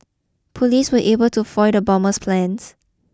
police were able to foil the bomber's plans